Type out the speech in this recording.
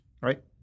right